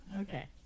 Okay